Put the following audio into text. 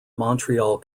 montreal